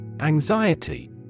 Anxiety